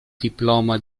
diploma